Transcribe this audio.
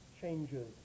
changes